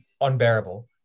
unbearable